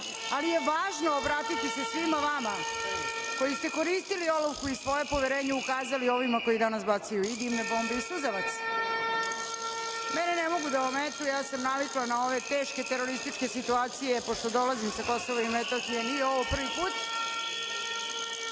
ali je važno obratiti se svima vama koji ste koristili olovku i svoje poverenje ukazali ovima koji danas bacaju i dimne bombe i suzavac. Mene ne mogu da ometu, ja sam navikla na ove teške terorističke situacije pošto dolazim sa Kosova i Metohije, nije ovo prvi put